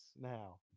now